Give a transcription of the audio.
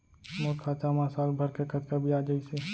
मोर खाता मा साल भर के कतका बियाज अइसे?